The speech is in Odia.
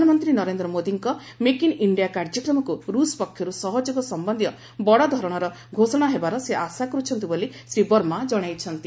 ପ୍ରଧାନମନ୍ତ୍ରୀ ନରେନ୍ଦ୍ର ମୋଦୀଙ୍କ ମେକ୍ ଇନ୍ ଇଣ୍ଡିଆ କାର୍ଯ୍ୟକ୍ରମକୁ ରୁଷ୍ ପକ୍ଷରୁ ସହଯୋଗ ସମ୍ଭନ୍ଧୀୟ ବଡ଼ଧରଣର ଘୋଷଣା ହେବାର ସେ ଆଶା କର୍ଛନ୍ତି ବୋଲି ଶ୍ରୀ ବର୍ମା ଜଣାଇଛନ୍ତି